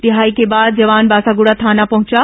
रिहाई के बाद जवान बासागुड़ा थाना पहंचा